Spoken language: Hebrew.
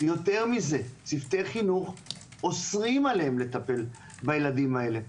יותר מזה צוותי חינוך אוסרים עליהם לטפל בילדים האלה,